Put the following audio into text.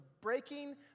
breaking